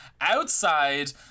outside